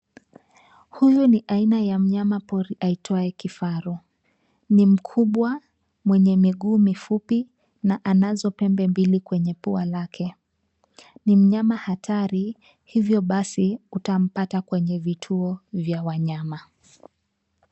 Huyu ni aina ya mnyama pori aitwaye kifaru. Ni mkubwa mwenye miguu mifupi na anazo pembe mbili kwenye pua lake. Ni mnyama hatari hivyo basi utampata kwenye vituo vya wanyama.